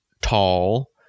tall